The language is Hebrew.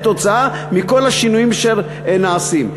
כתוצאה מכל השינויים שנעשים.